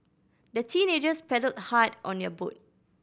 the teenagers paddled hard on their boat